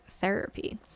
therapy